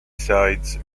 sides